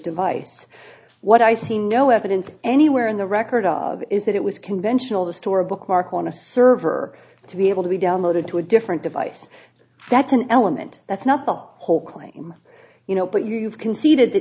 device what i see no evidence anywhere in the record of is that it was conventional the store a bookmark on a server to be able to be downloaded to a different device that's an element that's not the whole claim you know but you've conceded that